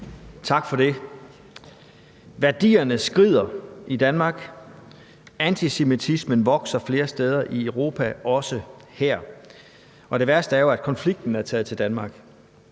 Tak for det. Værdierne skrider i Danmark, antisemitismen vokser flere steder i Europa og også her, og det værste er jo, at konflikten er taget til Danmark.